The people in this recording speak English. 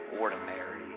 ordinary